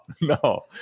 no